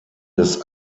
des